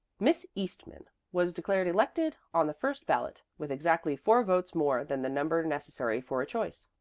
miss eastman was declared elected on the first ballot, with exactly four votes more than the number necessary for a choice.